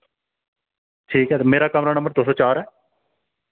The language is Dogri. ठीक ऐ ते मेरा कमरा नंबर दो सौ चार ऐ